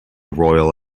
royal